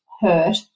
hurt